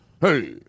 Hey